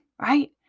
right